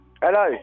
Hello